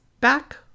back